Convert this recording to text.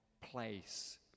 place